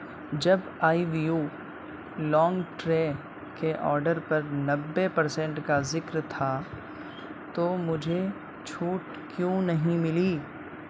جب آئی ویو لانگ ٹرے کے آڈر پر نوے پرسنٹ کا ذکر تھا تو مجھے چھوٹ کیوں نہیں ملی